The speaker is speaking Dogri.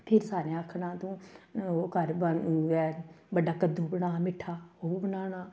फिर सारे आक्खना तू ओह् कर बन उ'ऐ बड्डा कद्दू बनाऽ मिट्ठा ओह् बनाना